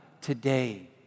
today